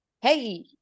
Hey